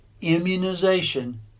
immunization